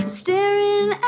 staring